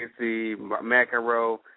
McEnroe